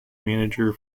manager